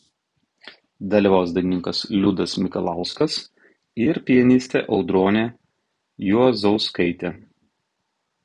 dalyvaus dainininkas liudas mikalauskas ir pianistė audronė juozauskaitė